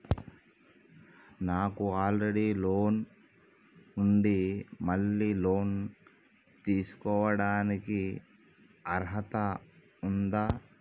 నాకు already loan ఉండి మళ్ళీ లోన్ తీసుకోవడానికి అర్హత ఉందా?